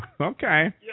Okay